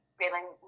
feeling